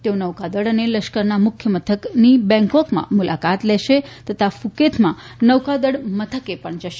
તેઓ નૌકાદલ અને લશ્કરના મુખ્યમથકની બેંગકોકમાં મુલાકાત લેશે તથા ફ્રકેતમાં નૌકાદળ મથકે પણ જશે